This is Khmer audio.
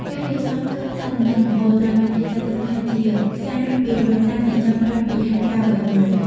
ការយល់សប្តិឃើញសត្វតំណាងអំបូរ ត្រូវបានគេចាត់ទុកថាជា "សារ" ពីដូនតាដែលចង់ប្រាប់ពីហេតុការណ៍អ្វីមួយ។